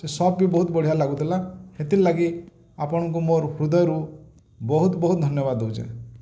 ସେ ସପ୍ ବି ବହୁତ ବଢ଼ିଆ ଲାଗୁଥିଲା ହେଥିର୍ଲାଗି ଲାଗି ଆପଣଙ୍କୁ ମୋର୍ ହୃଦୟରୁ ବହୁତ ବହୁତ ଧନ୍ୟବାଦ ଦେଉଛେଁ